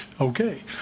Okay